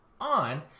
on